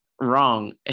wrong